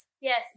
Yes